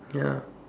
ya